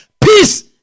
peace